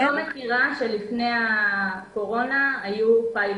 אני לא מכירה שלפני הקורונה היו פיילוטים.